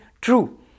True